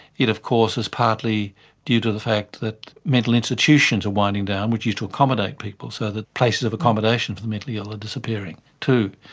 it of course is partly due to the fact that mental institutions are winding down, which used to accommodate people, so that places of accommodation for the mentally ill are disappearing too.